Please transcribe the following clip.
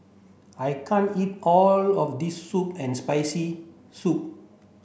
I can't eat all of this sour and spicy soup